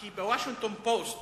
כי ב"וושינגטון פוסט",